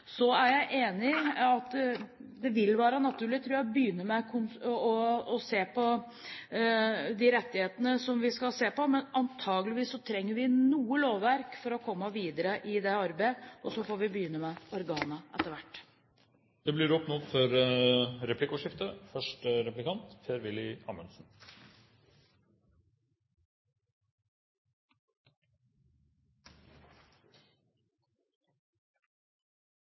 Så er jeg enig i at det vil være naturlig, tror jeg, å begynne med de rettighetene som vi skal se på, men antakeligvis trenger vi noe lovverk for å komme videre i det arbeidet, og så får vi begynne med organene etter hvert. Det blir replikkordskifte.